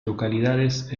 localidades